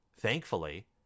Thankfully